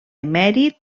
emèrit